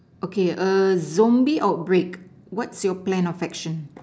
okay err zombie outbreak what's your plan of action